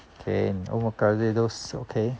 okay omakase those okay